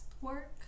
work